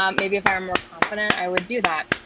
um maybe if i were more confident i would do that.